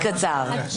תודה רבה.